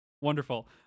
Wonderful